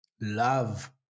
love